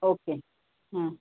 okay हां